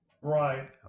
Right